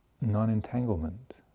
non-entanglement